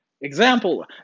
Example